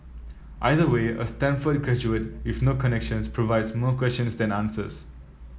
either way a Stanford graduate with no connections provides more questions than answers